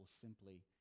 simply